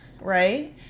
right